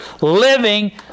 living